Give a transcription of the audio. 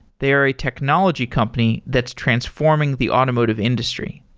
they're a technology company that's transforming the automotive industry.